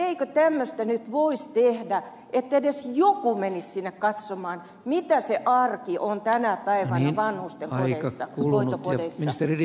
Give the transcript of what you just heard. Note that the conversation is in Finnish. eikö tämmöistä nyt voisi tehdä että edes joku menisi sinne katsomaan mitä se arki on tänä päivänä vanhusten hoitokodeissa